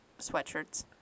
sweatshirts